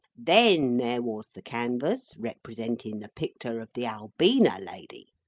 then, there was the canvass, representin the picter of the albina lady,